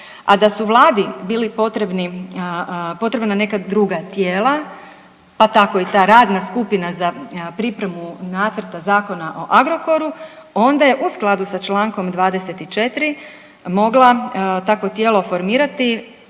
a da su Vladi bili potrebni, potrebna neka druga tijela pa tako i ta radna skupina za pripremu nacrta Zakona o Agrokoru onda je u skladu s čl. 24. mogla takvo tijelo formirati